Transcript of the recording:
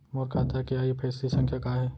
मोर खाता के आई.एफ.एस.सी संख्या का हे?